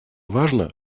важно